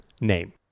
Name